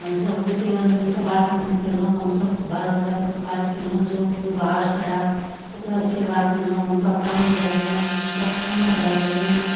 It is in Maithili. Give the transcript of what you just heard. हमसब एतेक अंधविश्वास नहि कयलहुँ हमसब धर्म राखिके काज कयलहुँ जँ केओ बाहरसँ आएल ओकरा सेवा कयलहुँ हुनका पानि देलिअनि हुनका खाना दै देलिअनि